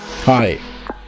Hi